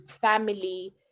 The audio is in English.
family